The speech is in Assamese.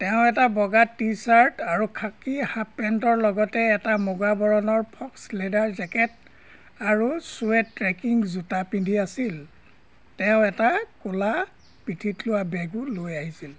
তেওঁ এটা বগা টি চাৰ্ট আৰু খাকী হাফপেণ্টৰ লগতে এটা মুগা বৰণৰ ফক্স লেডাৰ জেকেট আৰু ছুৱেড ট্ৰেকিং জোতা পিন্ধি আছিল তেওঁ এটা ক'লা পিঠিত লোৱা বেগো লৈ আহিছিল